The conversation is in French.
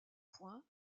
points